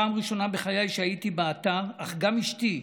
פעם ראשונה בחיי שהייתי באתר, וכך גם אשתי.